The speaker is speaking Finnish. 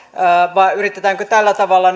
vai yritetäänkö tällä tavalla